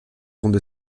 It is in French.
comtes